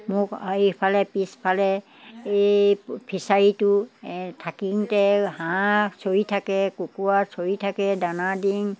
মোক এইফালে পিছফালে এই ফিছাৰীটো থাকিনতে হাঁহ চৰি থাকে কুকৰা চৰি থাকে দানা দিং